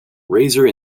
razor